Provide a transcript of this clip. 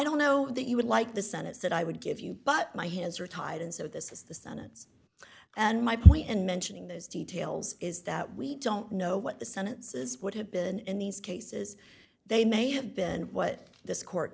don't know that you would like the senate that i would give you but my hands are tied and so this is the senate's and my point in mentioning those details is that we don't know what the senate says would have been in these cases they may have been what this court